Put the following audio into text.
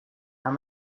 how